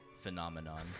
Phenomenon